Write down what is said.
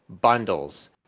bundles